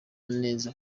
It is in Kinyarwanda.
neza